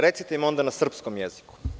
Recite im onda na srpskom jeziku.